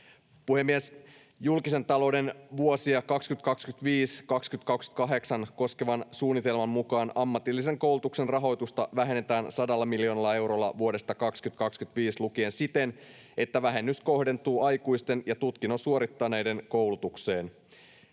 Puhemies! Julkisen talouden vuosia 2025—2028 koskevan suunnitelman mukaan ammatillisen koulutuksen rahoitusta vähennetään 100 miljoonalla eurolla vuodesta 2025 lukien siten, että vähennys kohdentuu aikuisten ja tutkinnon suorittaneiden koulutukseen.